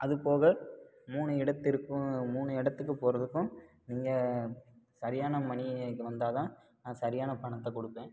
அதுபோக மூணு இடத்திற்கும் மூணு இடத்துக்கு போகறதுக்கும் நீங்கள் சரியான மணிக்கு வந்தால் தான் நான் சரியான பணத்தை கொடுப்பேன்